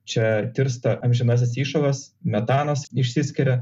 čia tirpsta amžinasis įšalas metanas išsiskiria